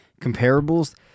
comparables